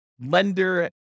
lender